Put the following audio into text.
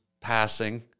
passing